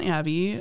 Abby